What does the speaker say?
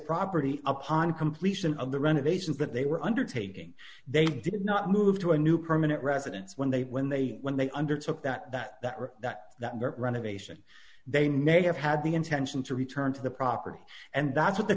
property upon completion of the renovations that they were undertaking they did not move to a new permanent residence when they when they when they undertook that that renovation they may have had the intention to return to the property and that's what the